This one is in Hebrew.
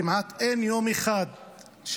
כמעט אין יום אחד שאנחנו